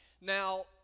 Now